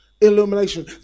illumination